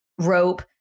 rope